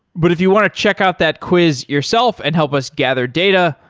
but if you want to check out that quiz yourself and help us gather data,